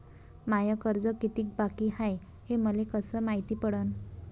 माय कर्ज कितीक बाकी हाय, हे मले कस मायती पडन?